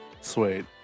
Sweet